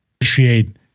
appreciate